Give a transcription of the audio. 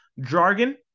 jargon